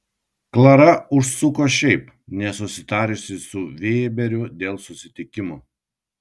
klara užsuko šiaip nesusitarusi su veberiu dėl susitikimo